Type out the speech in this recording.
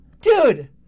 Dude